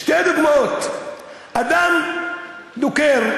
אדם דוקר,